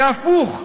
זה הפוך.